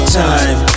time